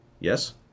Yes